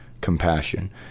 compassion